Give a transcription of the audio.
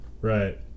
right